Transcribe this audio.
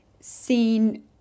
seen